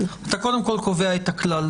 כי קודם כול אתה קובע את הכלל.